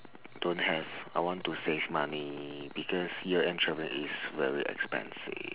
don't have I want to save money because year end traveling is very expensive